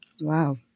Wow